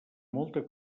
molta